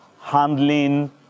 handling